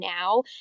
now